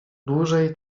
dłużej